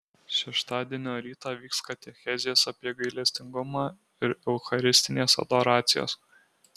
šeštadienio rytą vyks katechezės apie gailestingumą ir eucharistinės adoracijos